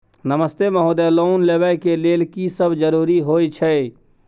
नमस्ते महोदय, लोन लेबै के लेल की सब जरुरी होय छै?